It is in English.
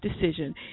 decision